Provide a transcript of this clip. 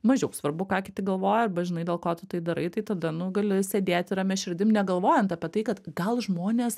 mažiau svarbu ką kiti galvoja arba žinai dėl ko tu tai darai tai tada nu gali sėdėti ramia širdim negalvojant apie tai kad gal žmonės